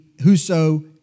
whoso